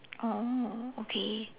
oh okay